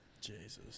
Jesus